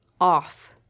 off